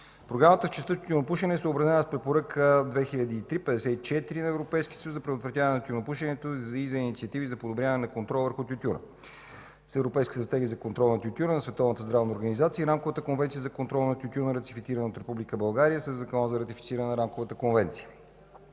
Програмата в частта „Тютюнопушене” е съобразена с Препоръка 2003/54 на Европейския съюз за предотвратяване на тютюнопушенето и за инициативи за подобряване на контрол върху тютюна с Европейската стратегия за контрол на тютюна на Световната здравна организация и Рамковата конвенция за контрол на тютюна, ратифицирана от Република България със Закона за ратифициране на Рамковата конвенция.